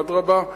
אדרבה,